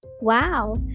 Wow